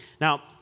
Now